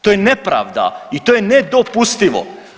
To je nepravda i to je nedopustivo.